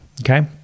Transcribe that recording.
Okay